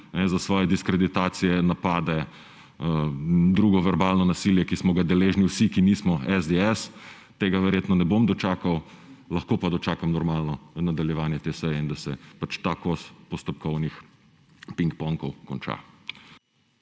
za svoje diskreditacije, napade, drugo verbalno nasilje, ki smo ga deležni vsi, ki nismo SDS. Tega verjetno ne bom dočakal, lahko pa dočakam normalno nadaljevanje te seje in da se pač ta kos postopkovnih pingpongov konča.